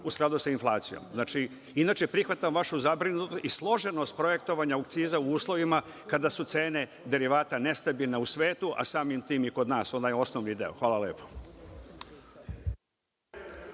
u skladu sa inflacijom. Inače, prihvatam vašu zabrinutost i složenost projektovanja akciza u uslovima kada su cene derivata nestabilne u svetu, a samim tim i kod nas, onaj osnovni deo. Hvala lepo.